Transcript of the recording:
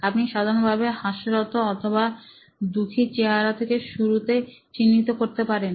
আপনি সাধারণভাবে হাস্যরত অথবা দুঃখী চেহারা থেকে শুরুতে চিহ্নিত করতে পারেন